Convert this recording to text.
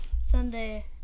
Sunday